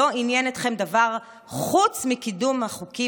לא עניין אתכם דבר חוץ מקידום החוקים